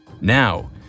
Now